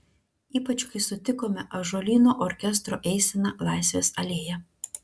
ypač kai sutikome ąžuolyno orkestro eiseną laisvės alėja